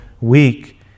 weak